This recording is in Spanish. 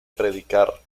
predicar